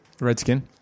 Redskin